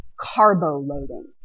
carbo-loading